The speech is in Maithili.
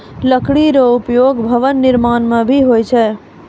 लकड़ी रो उपयोग भवन निर्माण म भी होय छै